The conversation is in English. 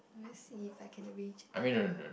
will see if I can arrange a date